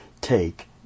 take